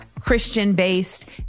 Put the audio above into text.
Christian-based